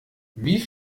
wie